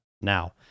now